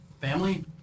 Family